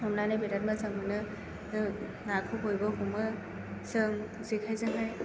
हमनानै बिराद मोजां मोनो नाखौ बयबो हमो जों जेखायजों